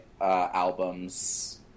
albums